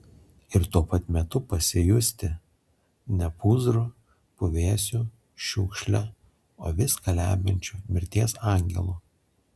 ir tuo pat metu pasijusti ne pūzru puvėsiu šiukšle o viską lemiančiu mirties angelu